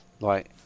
right